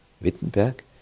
Wittenberg